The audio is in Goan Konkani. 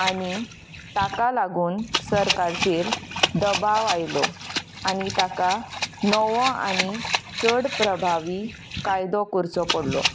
आनी ताका लागून सरकारचेर दबाव आयलो आनी ताका नवो आनी चड प्रभावी कायदो करचो पडलो